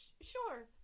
sure